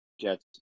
Jets